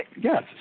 Yes